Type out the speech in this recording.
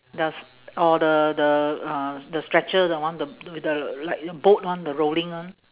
the s~ or the the uh the stretcher the one the with the like a boat one the rolling one